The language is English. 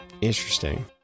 Interesting